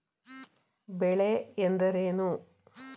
ಬೆಳೆ ಎಂದರೇನು?